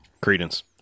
Credence